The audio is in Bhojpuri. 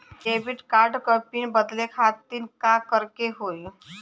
डेबिट कार्ड क पिन बदले खातिर का करेके होई?